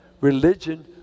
religion